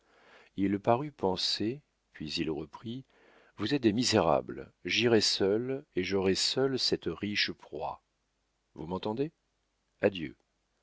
il parut penser puis il reprit vous êtes des misérables j'irai seul et j'aurai seul cette riche proie vous m'entendez adieu